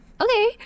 okay